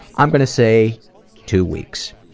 i'm gonna say two weeks.